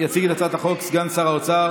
יציג את הצעת החוק סגן שר האוצר